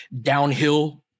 downhill